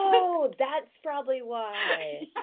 oh! that's probably why.